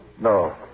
No